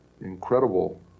incredible